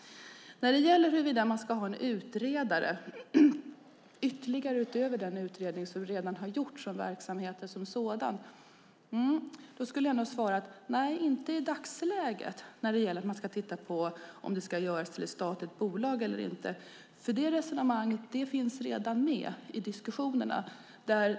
På frågan om man ska ha en utredare - utöver den utredning av verksamheten som redan har gjorts - skulle jag nog svara: Nej, inte i dagsläget, när det gäller att titta på om företaget ska göras till ett statligt bolag eller inte, för det resonemanget finns redan med i diskussionerna.